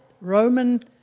Roman